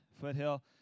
Foothill